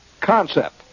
concept